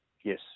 Yes